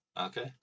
Okay